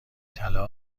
طلا